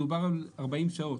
מדובר על 40 שעות.